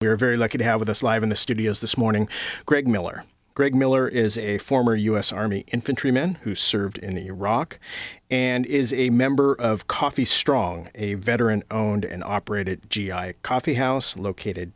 you're very lucky to have with us live in the studios this morning greg miller greg miller is a former us army infantry men who served in iraq and is a member of coffee strong a veteran own operated g i coffee house located